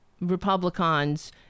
Republicans